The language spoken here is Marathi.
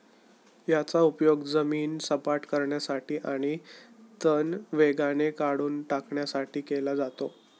याचा उपयोग जमीन सपाट करण्यासाठी आणि तण वेगाने काढून टाकण्यासाठी केला जातो